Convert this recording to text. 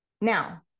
Now